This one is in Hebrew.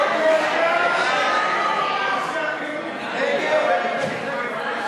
ההצעה להסיר מסדר-היום את הצעת חוק המרכז למורשת הערבים בישראל,